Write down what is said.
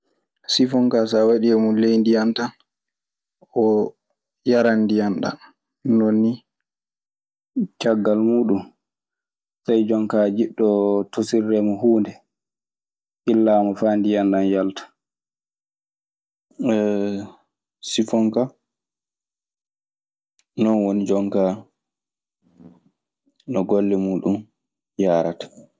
Sifon kaa sa a waɗi e mum ley ndiyam tan, oo yaran ndiyam ɗam nonnii. Caggal muuɗun, tawii jon kaa a jiɗɗo tosirdemo huunde, ɓillaamo faa ndiyan ɗan yalta. Sifon ka, non woni jon kaa no golle muuɗun yaarata.